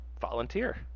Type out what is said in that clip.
volunteer